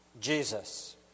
Jesus